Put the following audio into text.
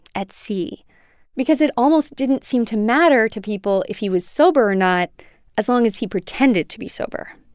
at sea because it almost didn't seem to matter to people if he was sober or not as long, as he pretended to be sober